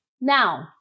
Now